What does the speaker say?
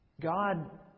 God